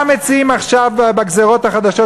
מה מציעים עכשיו בגזירות החדשות,